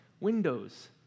windows